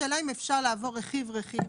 השאלה אם אפשר לעבור רכיב-רכיב.